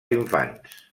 infants